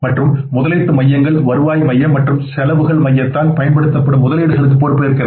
மற்றும் முதலீட்டு மையங்கள் வருவாய் மையம் மற்றும் செலவுகள் மையத்தால் பயன்படுத்தப்படும் முதலீடுகளுக்கு பொறுப்பு ஏற்கிறது